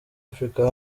africa